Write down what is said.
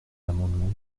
l’amendement